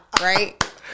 right